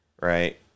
right